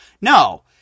No